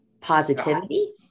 positivity